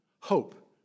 hope